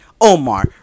Omar